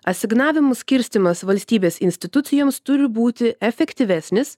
asignavimų skirstymas valstybės institucijoms turi būti efektyvesnis